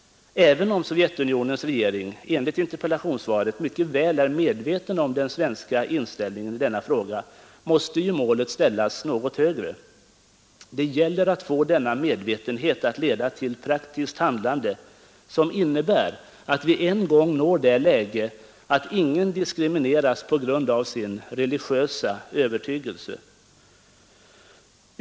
Även om Sovjetunionens regering enligt interpellationssvaret mycket väl är medveten om den svenska inställningen i denna fråga, måste ju målet ställas något högre. Det gäller att få denna medvetenhet att leda till praktiskt handlande, som innebär att vi en gång uppnår den situationen att ingen diskrimineras på grund av sin religiösa övertygelse.